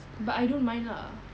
but I don't mind lah